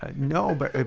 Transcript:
ah no, but